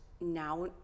Now